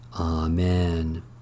Amen